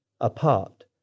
apart